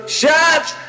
shots